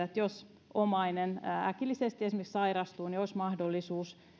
että jos omainen äkillisesti esimerkiksi sairastuu niin olisi mahdollisuus